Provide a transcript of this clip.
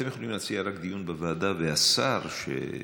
אתם יכולים להציע רק דיון במליאה, והשר שעונה